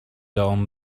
down